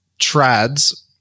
trads